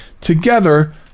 together